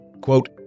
Quote